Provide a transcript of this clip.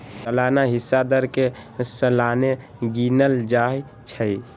सलाना हिस्सा दर के सलाने गिनल जाइ छइ